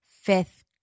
fifth